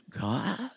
God